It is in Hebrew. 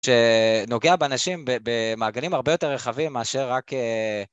שנוגע באנשים במעגלים הרבה יותר רחבים, מאשר רק...